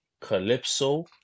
Calypso